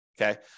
okay